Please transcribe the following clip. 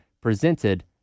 presented